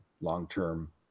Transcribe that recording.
long-term